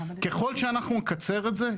ככל שאנחנו נקצר את זה,